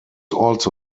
also